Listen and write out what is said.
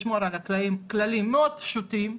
לשמור על כללים מאוד פשוטים,